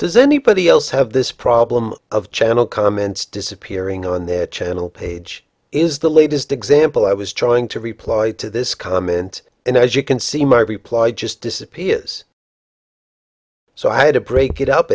does anybody else have this problem of channel comments disappearing on that channel page is the latest example i was trying to reply to this comment and as you can see my reply just disappear is so i had a break it up